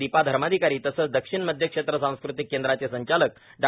दिपा धर्माधिकारी तसंच दक्षिण मध्य क्षेत्र सांस्कृतिक केंद्राचे संचालक डॉ